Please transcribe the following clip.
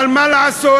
אבל מה לעשות,